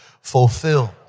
Fulfilled